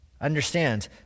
understand